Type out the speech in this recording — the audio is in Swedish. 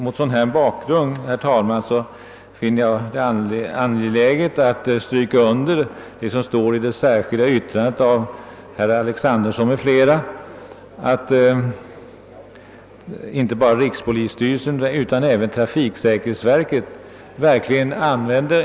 Mot denna bakgrund finner jag det angeläget att understryka det som står i det särskilda yttrandet av herr Alexanderson m.fl., nämligen att inte bara rikspolisstyrelsen utan även trafiksäkerhetsverket har sin uppmärksamhet riktad på dessa problem.